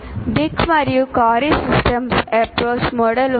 Dick మరియు Carey systems approach model ఉంది